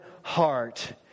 heart